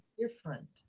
different